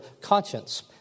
conscience